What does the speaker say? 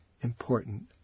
important